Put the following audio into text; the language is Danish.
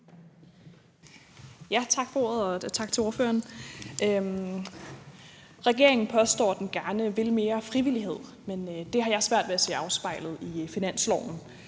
Tak for ordet, og tak til ordføreren. Regeringen påstår, at den gerne vil mere frivillighed, men det har jeg svært ved at se afspejlet i finanslovsforslaget.